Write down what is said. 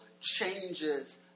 changes